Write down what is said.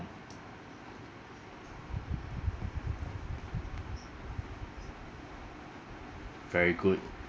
very good